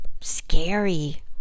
scary